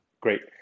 Great